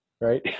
right